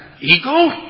ego